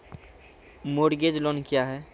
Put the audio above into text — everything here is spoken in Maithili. मोरगेज लोन क्या है?